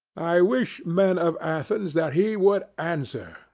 i wish, men of athens, that he would answer,